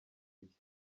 iki